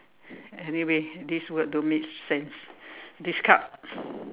anyway this word don't make sense discard